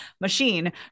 machine